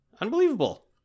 unbelievable